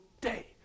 day